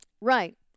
Right